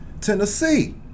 Tennessee